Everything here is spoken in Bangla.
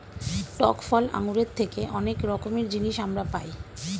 টক ফল আঙ্গুরের থেকে অনেক রকমের জিনিস আমরা পাই